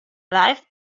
live